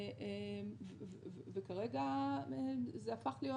כרגע זה הפך להיות